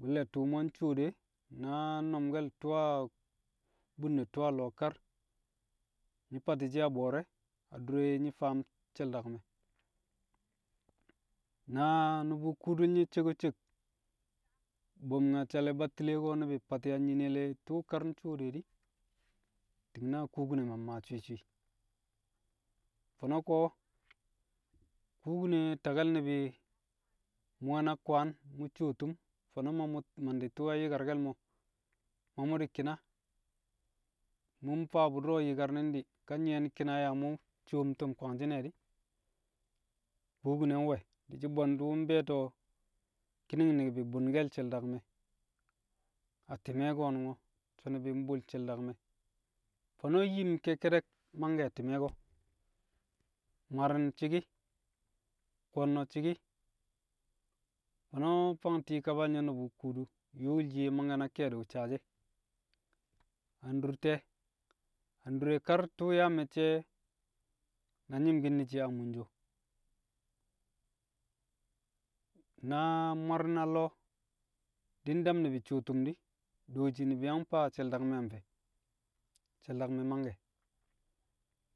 Bu̱lle̱ tu̱u̱ mu̱ ncuwo de, na nungel tu̱u̱ a bun ne tu̱u̱ a lo̱o̱ kar nyi̱ fatti̱ shi̱ a bo̱o̱re̱ adure nyi̱ faam she̱l- dangme̱. Na nu̱bu̱ kuudul nye̱ ceko cek bu̱mnyaccal battile ko̱ ni̱bi̱ fatti̱shi̱ a nyine le tu̱u̱ kar ncuwo de di̱, ti̱ng na kubine. Maa maa swi̱i̱ swi̱i̱. Fo̱no̱ ko̱ kubine takke̱l ni̱bi̱ mu̱ wẹ na kwaan mu̱ cuwo tu̱m, fo̱no̱ ma mu̱ mandi̱ tu̱u̱ yang yi̱karke̱l mo̱, ma mu̱ di̱ ki̱na, mu̱ mfaa bu̱ du̱ro̱ yi̱kar ni̱n di̱ ka nyi̱ye̱n ki̱na yaa mu̱ cuwom tu̱m kwangshi̱n e̱ di̱, kubine we̱, di̱shi̱ bwe̱ndu̱ be̱e̱to̱ ki̱ni̱ng ni̱bi̱ bu̱nke̱l le̱ she̱l- dangme̱ a ti̱me̱ ko̱nu̱ngo̱, so̱ ni̱bi̱ mbu̱n she̱l- dangmee̱, fo̱no̱ yim ke̱kke̱de̱k mangke̱ a ti̱me̱ ko̱. Mwari̱n ci̱ki̱, ko̱nno̱ ci̱ki̱, fo̱no̱ fang ti̱i̱ kabal nye̱ nu̱bu̱ kuudu, yu̱u̱l shiye, mangke̱ na ke̱e̱di̱ saashi̱ e̱, a ndur te̱e̱, a ndure kar tu̱u̱ yaa me̱cce̱ na nyi̱mki̱n ne̱ shiye a munjo. Na mwari̱n a lo̱o̱ di̱ ndam ni̱bi̱ cuwo tu̱m di̱, dooji ni̱bi̱ cuwo tu̱m di̱, dooji nu̱bi̱ yang faa she̱l- dangme̱ mfe̱? She̱l- dangme̱ mangke̱,